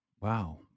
Wow